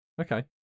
Okay